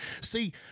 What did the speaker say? See